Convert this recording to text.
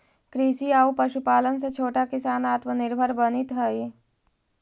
कृषि आउ पशुपालन से छोटा किसान आत्मनिर्भर बनित हइ